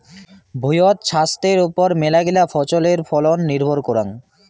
ভুঁইয়ত ছাস্থের ওপর মেলাগিলা ফছলের ফলন নির্ভর করাং